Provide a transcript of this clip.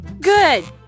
Good